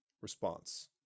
Response